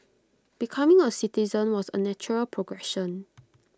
becoming A citizen was A natural progression